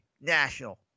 national